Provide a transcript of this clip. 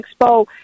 Expo